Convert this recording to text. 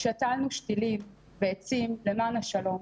שתלנו שתילים ועצים למען השלום.